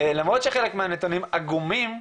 למרות שחלק מהנתונים עגומים,